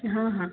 हाँ हाँ